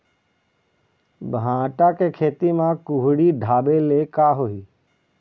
भांटा के खेती म कुहड़ी ढाबे ले का होही?